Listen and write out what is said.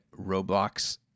Roblox